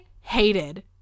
hated